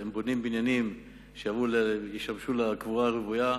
הם בונים בניינים שישמשו לקבורה הרוויה,